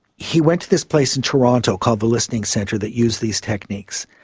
he went to this place in toronto called the listening centre that used these techniques.